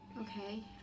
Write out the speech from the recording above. Okay